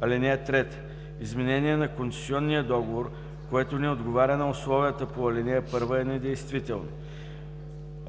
(3) Изменение на концесионния договор, което не отговаря на условията по ал. 1, е недействително.